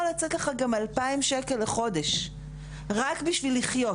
לצאת לך גם 2,000 שקל לחודש רק בשביל לחיות.